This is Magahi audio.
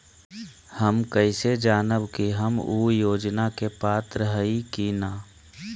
हम कैसे जानब की हम ऊ योजना के पात्र हई की न?